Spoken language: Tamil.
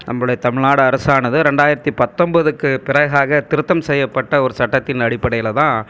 நம்முடைய தமிழ்நாடு அரசானது ரெண்டாயிரத்து பத்தொன்போதுக்கு பிறகாக திருத்தம் செய்யப்பட்ட ஒரு சட்டத்தின் அடிப்படையில் தான்